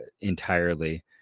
entirely